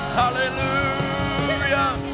hallelujah